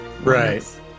right